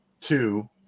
two